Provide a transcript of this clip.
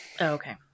okay